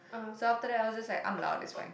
so after that I was just like I'm loud it's fine